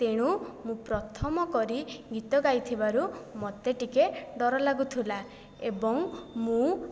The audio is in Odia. ତେଣୁ ମୁଁ ପ୍ରଥମ କରି ଗୀତ ଗାଇ ଥିବାରୁ ମୋତେ ଟିକେ ଡ଼ର ଲାଗୁଥିଲା ଏବଂ ମୁଁ